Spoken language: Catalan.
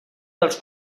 dels